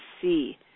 see